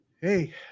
hey